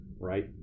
right